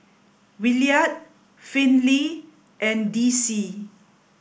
Williard Finley and Dicie